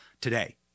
today